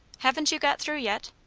haven't you got through yet?